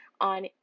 on